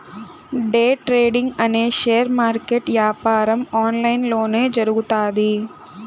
day trading అనే share market యాపారం online లొనే జరుగుతాది